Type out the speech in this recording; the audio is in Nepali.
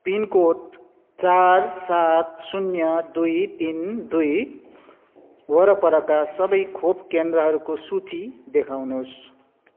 पिनकोड चार सात शून्य दुई तिन दुई वरपरका सबै खोपकेन्द्रहरूको सूची देखाउनुहोस्